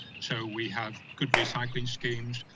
so we have good recycling schemes,